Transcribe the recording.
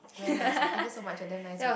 very nice ah thank you so much you're damn nice